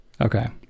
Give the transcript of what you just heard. okay